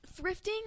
thrifting